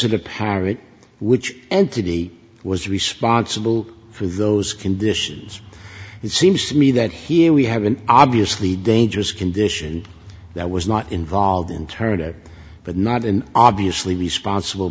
the parish which entity was responsible for those conditions it seems to me that here we have an obviously dangerous condition that was not involved in turner but not an obviously responsible